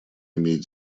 имеет